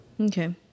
Okay